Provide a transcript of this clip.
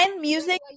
music